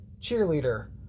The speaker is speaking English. cheerleader